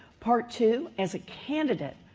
part two as a candidate,